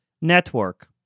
network